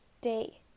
day